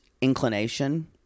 inclination